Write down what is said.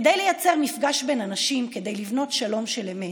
כדי לייצר מפגש בין אנשים, כדי לבנות שלום של אמת,